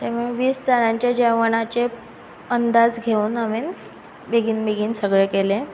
ते मागीर वीस जाणाच्या जेवणाचे अंदाज घेवन हावेंन बेगीन बेगीन सगळें केलें